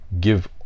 give